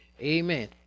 Amen